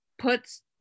puts